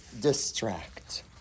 distract